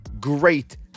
great